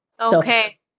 Okay